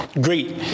great